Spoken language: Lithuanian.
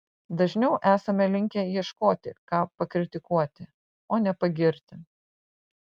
dažniau esame linkę ieškoti ką pakritikuoti o ne pagirti